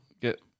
get